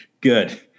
Good